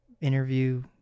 interview –